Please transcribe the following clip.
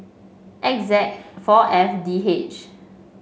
X Z four F D H